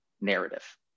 narrative